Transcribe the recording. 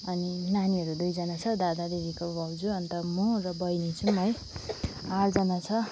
अनि नानीहरू दुईजना छ दादा दिदीको भाउजू अन्त म र बहिनी छुौँ है आठजना छ